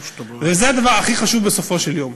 זה הדבר הכי חשוב בסופו של יום,